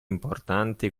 importante